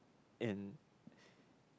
in